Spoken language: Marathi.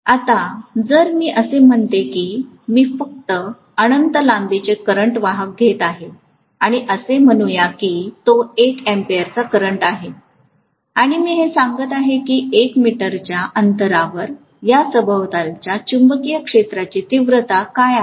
आता जर मी असे म्हणते की मी फक्त अनंत लांबीचे करंट वाहक घेत आहे आणि असे म्हणूया की तो 1 A चा करंट आहे आणि मी हे सांगत आहे की 1 मीटरच्या अंतरावर याभोवतालच्या चुंबकीय क्षेत्राची तीव्रता काय आहे